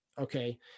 okay